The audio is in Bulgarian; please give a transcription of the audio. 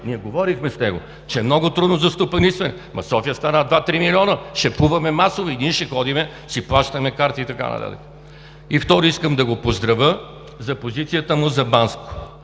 ние говорихме с него, че много е трудно за стопанисване, но София стана два-три милиона. Ще плуваме масово и ние ще ходим, ще си плащаме карти и така нататък. И второ, искам да го поздравя за позицията му за Банско.